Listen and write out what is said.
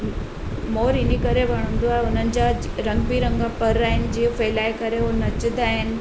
मोर इन करे वणंदो आहे हुननि जा रंग बिरंगा पर आहिनि जीअं फहिलाए करे उहो नचंदा आहिनि